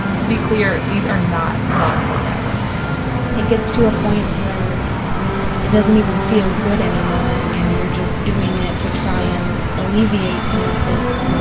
to to be clear, these are not fun orgasms it gets to a point where it doesn't even feel good anymore and you're just doing it to try and alleviate some of this.